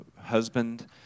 husband